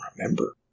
remember